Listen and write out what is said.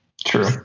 true